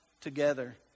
together